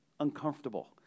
uncomfortable